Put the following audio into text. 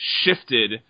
shifted